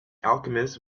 alchemist